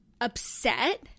upset